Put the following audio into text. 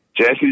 Jesse